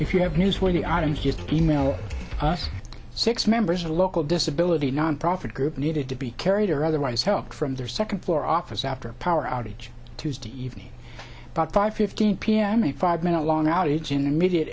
if you have newsworthy items just email us six members of a local disability nonprofit group needed to be carried or otherwise help from their second floor office after a power outage tuesday evening about five fifteen p m a five minute long outage in immediate